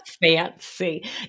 fancy